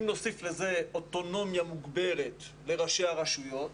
אם נוסיף לזה אוטונומיה מוגברת לראשי הרשויות,